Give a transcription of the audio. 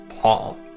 Paul